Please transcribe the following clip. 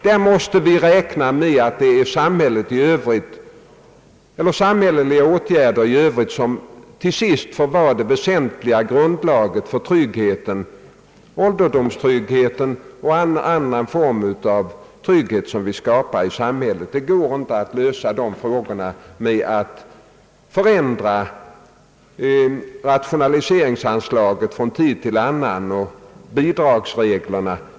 Där måste vi räkna med att det är de samhälleliga åtgärderna i övrigt, som till sist skall svara för det väsentliga grundlaget för tryggheten ålderdomstryggheten och annan form av trygghet som vi vill ha i samhället. Det går inte att lösa dessa frågor med att förändra rationaliseringsanslaget och bidragsreglerna från tid till annan.